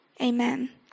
Amen